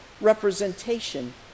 representation